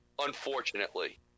Unfortunately